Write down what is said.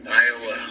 Iowa